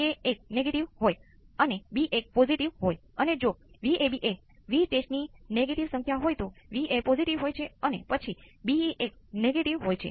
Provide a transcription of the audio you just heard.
આનો ઉકેલ બળ પ્રતિભાવ કુદરતી પ્રતિભાવના સ્વરૂપમાં લખવામાં આવ્યો છે